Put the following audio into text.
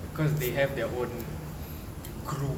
because they have their own group